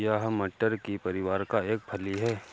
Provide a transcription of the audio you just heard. यह मटर के परिवार का एक फली है